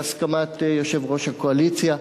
בהסכמת יושב-ראש הקואליציה,